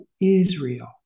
Israel